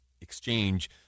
exchange